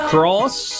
Cross